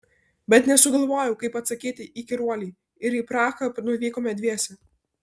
bet nesugalvojau kaip atsakyti įkyruolei ir į prahą nuvykome dviese